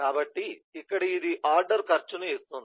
కాబట్టి ఇక్కడ ఇది ఆర్డర్ ఖర్చు ను ఇస్తుంది